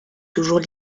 toujours